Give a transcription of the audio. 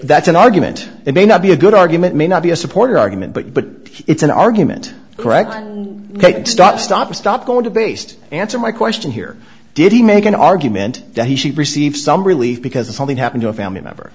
that's an argument it may not be a good argument may not be a supporter argument but but it's an argument correct take stop stop stop going to based answer my question here did he make an argument that he should receive some relief because if something happened to a family member